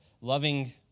loving